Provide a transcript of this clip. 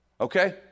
okay